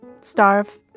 starve